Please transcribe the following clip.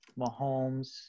Mahomes